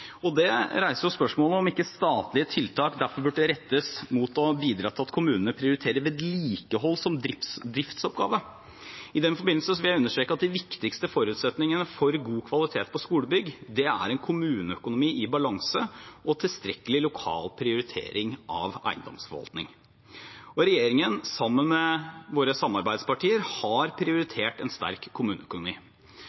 og det reiser spørsmålet om ikke statlige tiltak derfor burde rettes mot å bidra til at kommunene prioriterer vedlikehold som driftsoppgave. I den forbindelse vil jeg understreke at de viktigste forutsetningene for god kvalitet på skolebygg er en kommuneøkonomi i balanse og tilstrekkelig lokal prioritering av eiendomsforvaltning. Regjeringen, sammen med våre samarbeidspartier, har